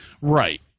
Right